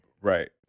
Right